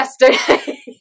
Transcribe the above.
yesterday